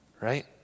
right